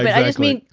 i mean,